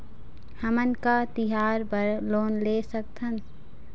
हमन का तिहार बर लोन ले सकथन?